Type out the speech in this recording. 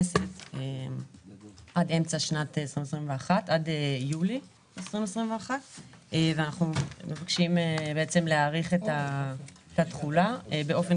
הכנסת עד אמצע עד יולי 2021. ואנחנו מבקשים להאריך את התחולה באופן